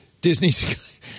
Disney's